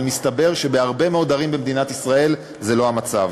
אבל מסתבר שבהרבה מאוד ערים במדינת ישראל זה לא המצב.